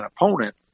opponent